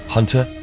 Hunter